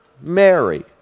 Mary